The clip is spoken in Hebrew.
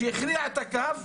שהכריע את הכף,